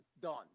done